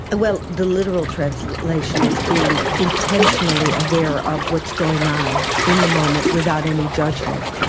well the literal translation is being intentionally aware of what's going on in the moment without any judgment.